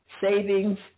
savings